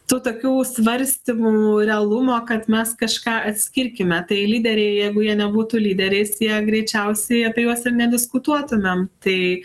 tų tokių svarstymų realumo kad mes kažką atskirkime tai lyderiai jeigu jie nebūtų lyderiais jie greičiausiai apie juos ir nediskutuotumėm tai